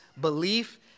belief